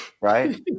right